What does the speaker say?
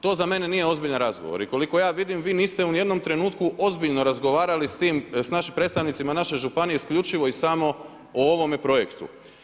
To za mene nije ozbiljan razgovor i koliko ja vidim, vi niste ni u jednom trenutku ozbiljno razgovarali s tim, našim predstavnicima, naše županije, isključivo i samo o ovome projektu.